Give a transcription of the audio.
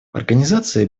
организация